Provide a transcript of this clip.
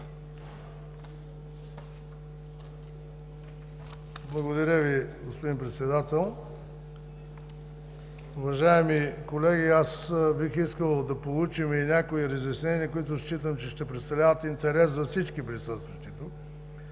Благодаря Ви, господин Председател. Уважаеми колеги, бих искал да получим и някои разяснения, които считам, че ще представляват интерес за всички присъстващи тук.